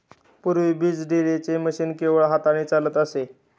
पूर्वी बीज ड्रिलचे मशीन केवळ हाताने चालत असे